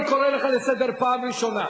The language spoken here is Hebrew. חבר הכנסת בר-און, אני קורא אותך לסדר פעם ראשונה.